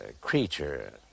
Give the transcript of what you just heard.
creature